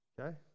Okay